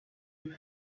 you